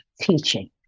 teaching